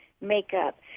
makeup